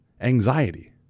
anxiety